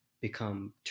become